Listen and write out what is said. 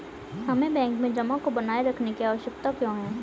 हमें बैंक में जमा को बनाए रखने की आवश्यकता क्यों है?